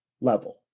level